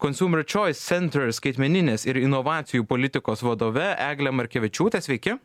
consumer choice center skaitmeninės ir inovacijų politikos vadove egle markevičiūte sveiki